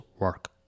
work